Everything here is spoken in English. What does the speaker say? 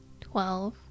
twelve